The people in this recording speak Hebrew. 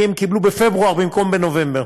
כי הם קיבלו בפברואר במקום בנובמבר.